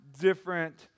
different